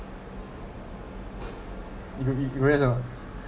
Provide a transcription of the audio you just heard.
it will be curious ah